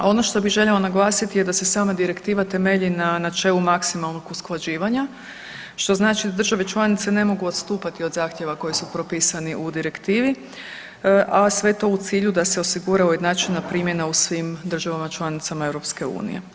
Ono što bi željela naglasiti je da se sama Direktiva temelji na načelu maksimalnog usklađivanja, što znači da države članice ne mogu odstupati od zahtjeva koje su propisani u direktivi, a sve to u cilju da se osigura ujednačena primjena u svim državama članicama EU.